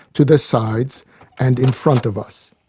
to the sides and in front of us.